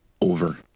over